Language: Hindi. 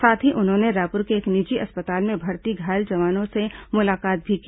साथ ही उन्होंने रायपुर के एक निजी अस्पताल में भर्ती घायल जवानों से मुलाकात भी की